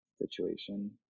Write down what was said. situation